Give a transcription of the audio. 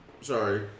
Sorry